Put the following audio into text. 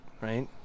right